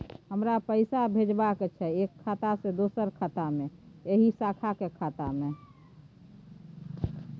हमरा पैसा भेजबाक छै एक खाता से दोसर खाता मे एहि शाखा के खाता मे?